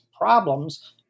problems